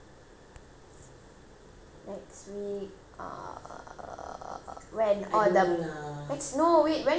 next week uh when or the next no wait when is the buyer coming